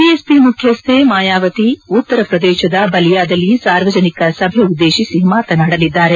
BSP ಮುಖ್ಯಸ್ಥೆ ಮಾಯಾವತಿ ಉತ್ತರಪ್ರದೇಶದ ಬಲಿಯಾದಲ್ಲಿ ಸಾರ್ವಜನಿಕ ಸಭೆ ಉದ್ದೇಶಿಸಿ ಮಾತನಾಡಲಿದ್ದಾರೆ